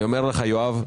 אני אומר לך, יואב,